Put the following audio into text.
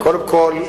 קודם כול,